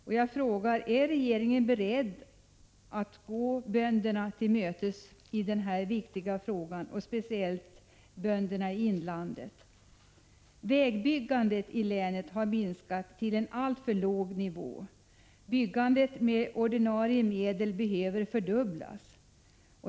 Jag vill fråga: Är regeringen beredd att gå bönderna till mötes i denna viktiga fråga, speciellt bönderna i inlandet? Vägbyggandet i länet har minskat till en alltför låg nivå. Byggandet med ordinarie medel behöver fördubblas.